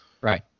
Right